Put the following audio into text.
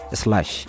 slash